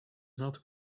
not